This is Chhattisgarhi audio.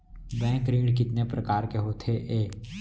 बैंक ऋण कितने परकार के होथे ए?